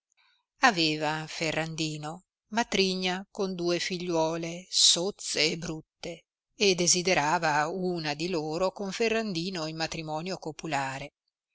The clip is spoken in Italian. aveva ferrandino matrigna con due figliuole sozze e brutte e desiderava una di loro con ferrandino in matrimonio copulare